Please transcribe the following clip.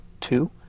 two